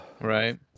Right